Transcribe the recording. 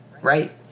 Right